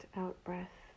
out-breath